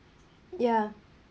ya